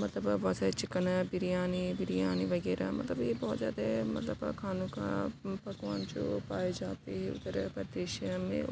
مطلب بہت سارے چکن ہیں بریانی بریانی وغیرہ مطلب یہ بہت زیادہ مطلب کھانوں کا پکوان جو پائے جاتے اتر پردیش میں